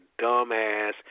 dumbass